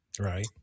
Right